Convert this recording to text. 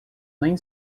nem